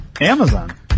Amazon